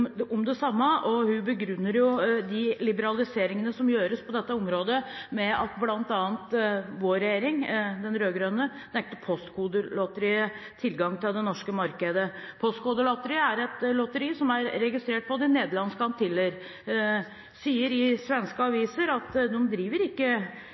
om det samme, og hun begrunner de liberaliseringene som gjøres på dette området, med bl.a. at vår regjering, den rød-grønne, nektet Postkodelotteriet tilgang til det norske markedet. Postkodelotteriet, som er et lotteri som er registrert på De nederlandske Antiller, sier i svenske aviser at de driver ikke